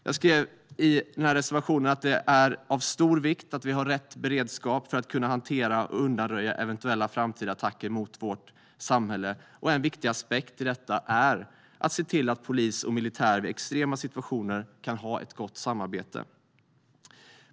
Jag skrev i reservationen att det är av stor vikt att vi har rätt beredskap för att kunna hantera och undanröja eventuella framtida attacker mot vårt samhälle, och en viktig aspekt i detta är att se till att polis och militär i extrema situationer kan ha ett gott samarbete.